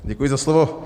Děkuji za slovo.